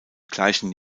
gleichen